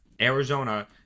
Arizona